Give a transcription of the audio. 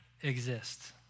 exist